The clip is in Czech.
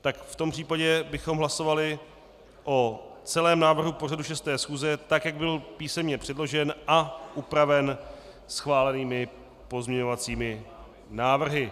V tom případě bychom hlasovali o celém návrhu pořadu 6. schůze, tak jak byl písemně předložen a upraven schválenými pozměňovacími návrhy.